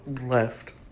left